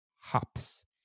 hops